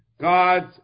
God's